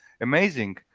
Amazing